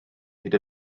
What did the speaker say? hyd